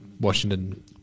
Washington